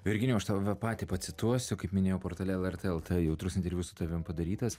virginijau aš tave patį pacituosiu kaip minėjau portale lrt lt jautrus interviu su tavim padarytas